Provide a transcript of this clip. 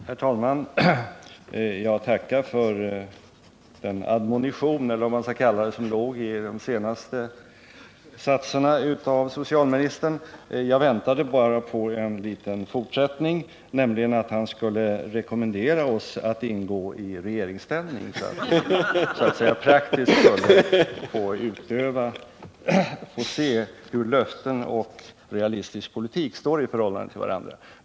Herr talman! Jag tackar för den admonition, eller vad man skall kalla det, som låg i de senaste satserna av socialministerns anförande. Jag väntade bara på en fortsättning, nämligen att han skulle rekommendera oss att ingå i regeringsställning för att så att säga praktiskt få se hur löften och realistisk politik står i förhållande till varandra.